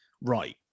right